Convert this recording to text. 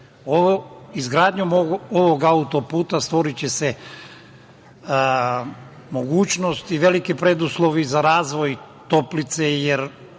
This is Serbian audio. Izgradnjom ovog autoputa stvoriće se mogućnosti i veliki preduslovi za razvoj Toplice, jer